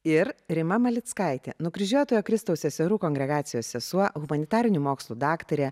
ir rima malickaitė nukryžiuotojo kristaus seserų kongregacijos sesuo humanitarinių mokslų daktarė